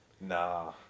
Nah